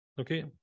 Okay